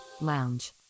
lounge